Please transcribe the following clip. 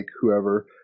whoever